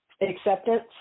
acceptance